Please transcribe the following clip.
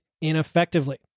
ineffectively